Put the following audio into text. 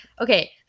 okay